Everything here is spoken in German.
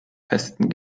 festen